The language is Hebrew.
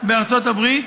בארצות הברית